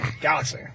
Galaxy